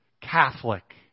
Catholic